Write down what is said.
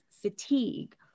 Fatigue